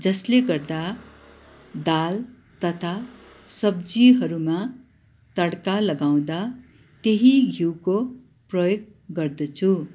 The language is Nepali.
जसले गर्दा दाल तथा सब्जीहरूमा तड्का लगाउँदा त्यही घिउको प्रयोग गर्दछु